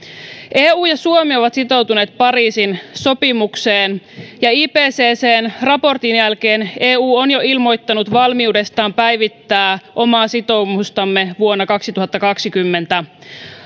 eu ja suomi ovat sitoutuneet pariisin sopimukseen ja ipccn raportin jälkeen eu on jo ilmoittanut valmiudestaan päivittää omaa sitoumustamme vuonna kaksituhattakaksikymmentä